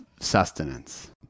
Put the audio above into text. sustenance